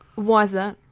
why is that?